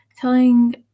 telling